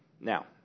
Now